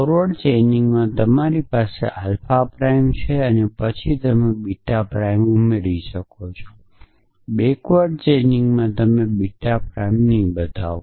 forward chaining માં તમારી પાસે આલ્ફા પ્રાઇમ છે અને પછી તમે બીટા પ્રાઈમ ઉમેરી શકો છો બેક્વર્ડ ચેઇનિંગમાં તમે બીટા પ્રાઇમ નહીં બતાવો